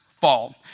fall